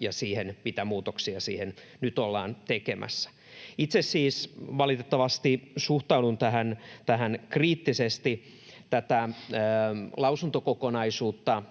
ja siihen, mitä muutoksia siihen nyt ollaan tekemässä. Itse siis valitettavasti suhtaudun tähän kriittisesti. Tätä lausuntokokonaisuutta